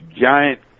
giant